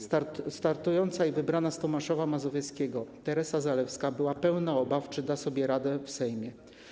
Startująca i wybrana z Tomaszowa Mazowieckiego Teresa Zalewska była pełna obaw, czy da sobie radę w Sejmie.